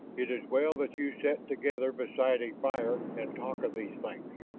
it is well that you sit together beside a fire and talk of these things.